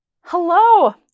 Hello